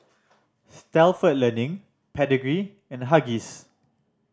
Stalford Learning Pedigree and Huggies